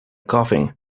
coughing